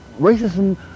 racism